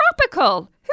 tropical